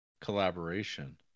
collaboration